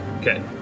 Okay